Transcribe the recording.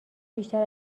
بیشتر